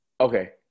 Okay